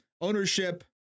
ownership